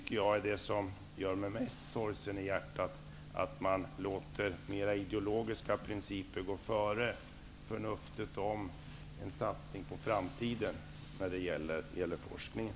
Det som gör mig mest sorgsen i hjärtat är att man låter ideologiska principer gå före förnuftsskäl om en satsning på framtiden när det gäller forskningen.